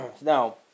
Now